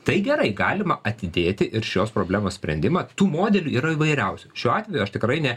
tai gerai galima atidėti ir šios problemos sprendimą tų modelių yra įvairiausių šiuo atveju aš tikrai ne